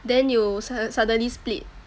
then you sudd~ suddenly split